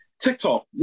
TikTok